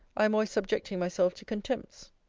i am always subjecting myself to contempts.